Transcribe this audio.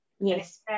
Yes